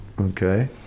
okay